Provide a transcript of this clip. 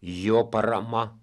jo parama